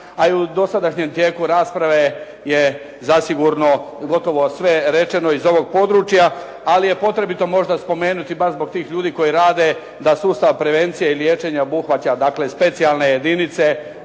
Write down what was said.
a i u dosadašnjem tijeku rasprave je zasigurno gotovo sve rečeno iz ovog područja, ali je potrebito možda spomenuti baš zbog tih ljudi koji rade da sustav prevencije i liječenja obuhvaća dakle specijalne jedinice